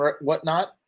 whatnot